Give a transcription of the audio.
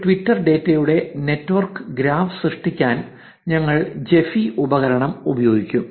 ഒരു ട്വിറ്റർ ഡാറ്റയുടെ network graph സൃഷ്ടിക്കാൻ ഞങ്ങൾ ജിഫി ഉപകരണം ഉപയോഗിക്കാം